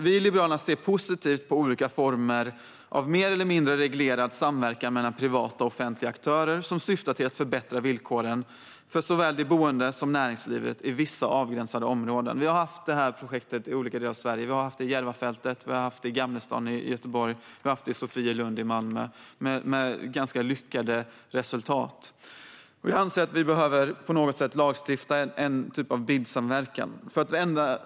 Vi i Liberalerna ser positivt på olika former av mer eller mindre reglerad samverkan mellan privata och offentliga aktörer som syftar till att förbättra villkoren för såväl de boende som näringslivet i vissa avgränsade områden. Sådana projekt har funnits i olika delar av Sverige, till exempel på Järvafältet, i Gamlestaden i Göteborg och i Sofielund i Malmö. Resultaten har varit ganska lyckade. Vi anser att Sverige behöver lagstifta om BID-samverkan på något sätt.